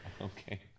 Okay